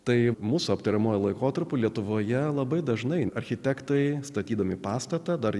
tai mūsų aptariamuoju laikotarpiu lietuvoje labai dažnai architektai statydami pastatą dar